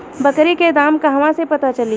बकरी के दाम कहवा से पता चली?